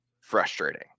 frustrating